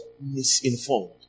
misinformed